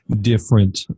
different